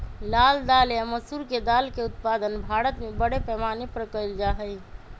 लाल दाल या मसूर के दाल के उत्पादन भारत में बड़े पैमाने पर कइल जा हई